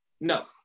No